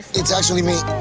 it's actually me.